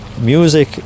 Music